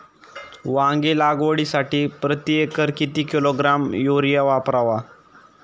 वांगी लागवडीसाठी प्रती एकर किती किलोग्रॅम युरिया वापरावा?